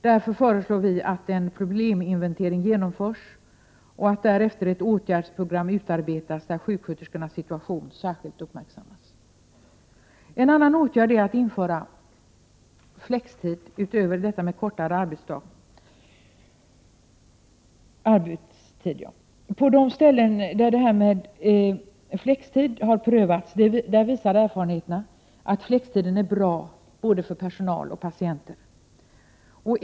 Därför föreslår vi att en probleminventering genomförs och att därefter ett åtgärdsprogram utarbetas, där sjuksköterskornas situation särskilt uppmärksammas. En annan åtgärd är att införa flextid. Erfarenheterna av flextid visar att flextiden är bra både för personal och för patienter.